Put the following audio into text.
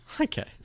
Okay